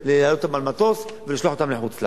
להעלות אותם על מטוס ולשלוח אותם לחוץ-לארץ.